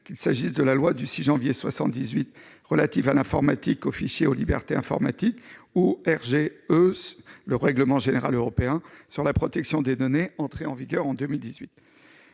qu'il s'agisse de la loi du 6 janvier 1978 relative à l'informatique, aux fichiers et aux libertés ou du règlement général sur la protection des données, entré en vigueur en 2018.